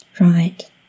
Right